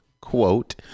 quote